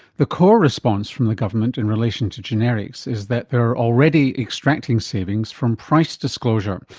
the core response from the government in relation to generics is that they're already extracting savings from price disclosure,